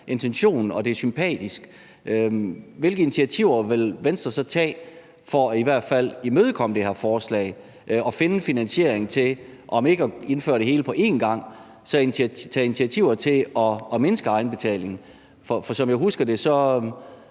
intentionen, og at det er sympatisk: Hvilke initiativer vil Venstre så tage for i hvert fald at imødekomme det her forslag og finde finansieringen til om ikke at indføre det hele på en gang så til at tage initiativer til at mindske egenbetalingen? Jeg kan faktisk